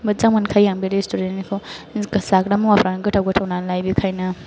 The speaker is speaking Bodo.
मोजां मोनखायो आं बे रेस्टुरेन्ट निखौ जाग्रा मुवाफोरानो गोथाव गोथाव नालाय बेनिखायनो